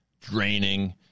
draining